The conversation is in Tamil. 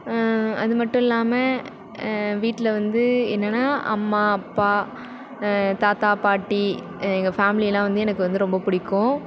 அது மட்டுல்லாமல் வீட்டில் வந்து என்னன்னால் அம்மா அப்பா தாத்தா பாட்டி எங்கள் ஃபேமிலியெலாம் வந்து எனக்கு வந்து ரொம்ப பிடிக்கும்